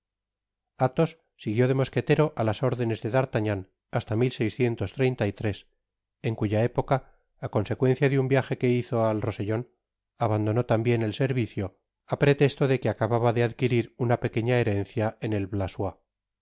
athos siguió de mosquetero á las órdenes de d'artagnafl hasta en cuya época á consecuencia de un viaje que hizo'al rosellon abandonó tambien el servicio á pretesto de que acababa de adquirir una pequeña herencia en el